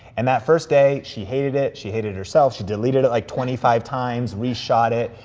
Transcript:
and that first day, she hated it, she hated herself, she deleted it like twenty five times, re-shot it.